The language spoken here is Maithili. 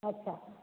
अच्छा